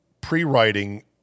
pre-writing